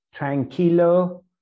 tranquilo